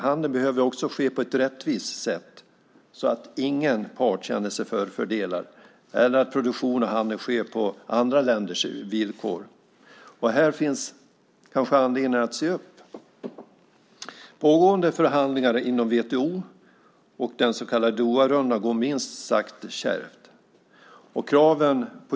Handeln behöver också ske på ett rättvist sätt så att ingen part känner sig förfördelad eller så att inte produktion och handel sker på andra länders villkor. Här finns kanske anledning att se upp. Pågående förhandlingar inom WTO och den så kallade Doharundan går minst sagt kärvt.